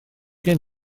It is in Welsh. gen